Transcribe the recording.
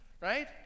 right